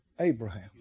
Abraham